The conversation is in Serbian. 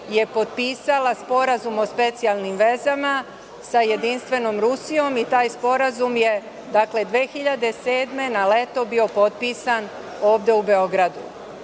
je potpisala sporazum o specijalnim vezama sa Jedinstvenom Rusijom i taj sporazum je, dakle, 2007. godine na leto bio potpisan ovde u Beogradu.